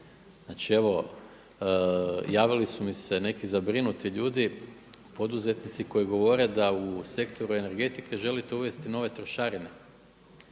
Znači evo javili su mi se neki zabrinuti ljudi, poduzetnici koji govore da u sektoru energetike želite uvesti nove trošarine,